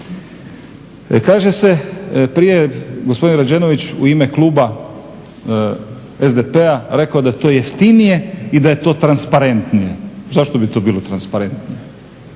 Kaže se prije gospodin Rađenović u ime kluba SDP-a rekao je da je to jeftinije i da je to transparentnije. Zašto bi to bilo transparentnije?